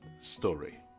story